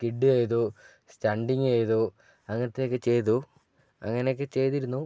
skid ചെയ്തു stunting ചെയ്തു അങ്ങനത്തെയൊക്കെ ചെയ്തു അങ്ങനെയൊക്കെ ചെയ്തിരുന്നു